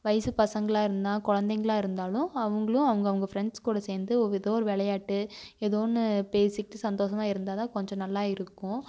வயது பசங்களாக இருந்தால் குழந்தைங்களா இருந்தாலும் அவங்களும் அவங்கவுங்க ஃப்ரெண்ட்ஸ் கூட சேர்ந்து ஏதோ ஒரு விளையாட்டு ஏதோ ஒன்று பேசிவிட்டு சந்தோஷமா இருந்தால் தான் கொஞ்சம் நல்லா இருக்கும்